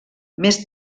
més